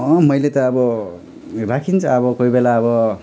अँ मैले त अब राखिन्छ अब कोही बोला अब